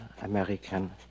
American